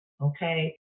okay